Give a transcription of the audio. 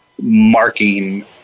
marking